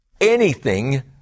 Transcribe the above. Anything